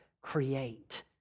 create